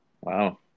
Wow